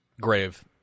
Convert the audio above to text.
grave